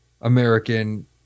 American